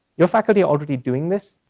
your faculty are already doing this,